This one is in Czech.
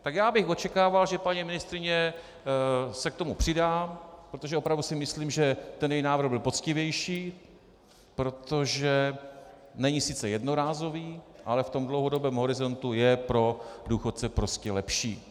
Tak já bych očekával, že paní ministryně se k tomu přidá, protože si opravdu myslím, že její návrh byl poctivější, protože není sice jednorázový, ale v dlouhodobém horizontu je pro důchodce prostě lepší.